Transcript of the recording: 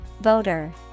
Voter